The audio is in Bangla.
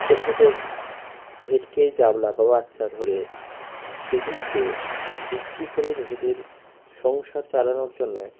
ছোটো ছোটো ভেটকেই চাবলা বা বাচ্চা ধরে সেগুলোকে বিক্রি করে নিজেদের সংসার চালানোর জন্যে